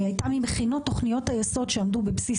שהייתה ממכינות תוכניות היסוד שעמדו בבסיס